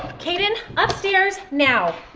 kaden upstairs now!